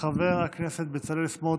חבר הכנסת בצלאל סמוטריץ'